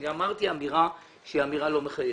אני אמרתי אמירה שהיא אמירה לא מחייבת.